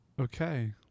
Okay